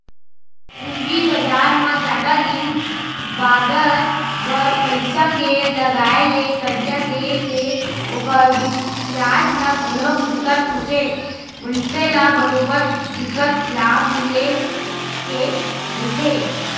पूंजी बजार म जादा दिन बादर बर पइसा के लगाय ले करजा देय ले ओखर बियाज ह घलोक बिकट होथे मनसे ल बरोबर बिकट लाभ मिले के रहिथे